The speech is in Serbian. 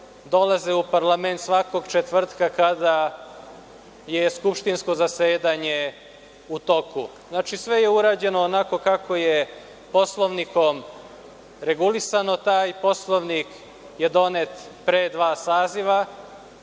dolaze u parlament svakog četvrtka kada je skupštinsko zasedanje u toku. Znači, sve je urađeno onako kako je Poslovnikom regulisano. Taj Poslovnik je donet pre dva saziva.